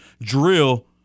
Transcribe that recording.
drill